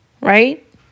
right